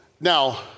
Now